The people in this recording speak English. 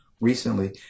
recently